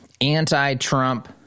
anti-Trump